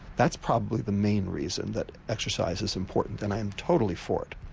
that's probably the main reason that exercise is important and i'm totally for it.